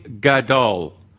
gadol